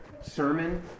sermon